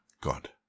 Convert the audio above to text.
God